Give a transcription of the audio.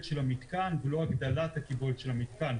של המתקן ולא הגדלת הקיבולת של המתקן?